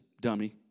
dummy